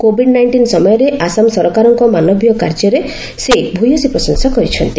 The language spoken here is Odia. କୋବିଡ୍ ନାଇଷ୍ଟିନ୍ ସମୟରେ ଆସାମ ସରକାରଙ୍କ ମାନବୀୟ କାର୍ଯ୍ୟର ସେ ଭୂୟସୀ ପ୍ରଶଂସା କରିଛନ୍ତି